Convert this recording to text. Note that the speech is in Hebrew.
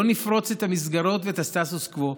לא נפרוץ את המסגרות ואת הסטטוס קוו,